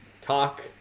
talk